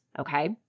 okay